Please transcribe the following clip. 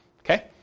Okay